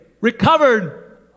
recovered